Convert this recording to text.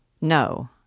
No